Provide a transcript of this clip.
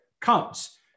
comes